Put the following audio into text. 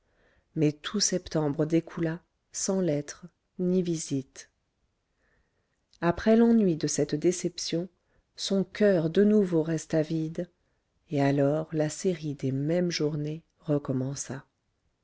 mais tout septembre s'écoula sans lettres ni visites après l'ennui de cette déception son coeur de nouveau resta vide et alors la série des mêmes journées